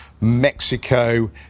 Mexico